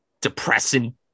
depressing